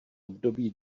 období